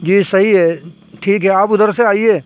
جی صحیح ہے ٹھیک ہے آپ ادھر سے آئیے